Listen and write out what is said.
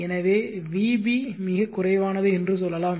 எனவே vb மிகக் குறைவானது என்று சொல்லலாம்